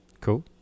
cool